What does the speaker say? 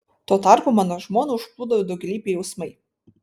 tuo tarpu mano žmoną užplūdo daugialypiai jausmai